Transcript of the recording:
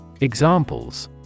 Examples